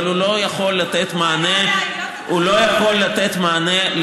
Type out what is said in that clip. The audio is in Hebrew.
אבל הוא לא יכול לתת מענה,